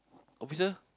officer